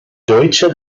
deutsche